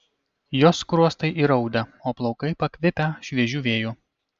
jos skruostai įraudę o plaukai pakvipę šviežiu vėju